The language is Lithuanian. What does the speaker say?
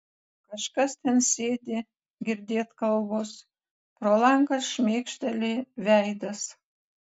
kažkas ten sėdi girdėt kalbos pro langą šmėkšteli veidas